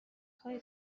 های